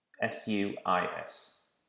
S-U-I-S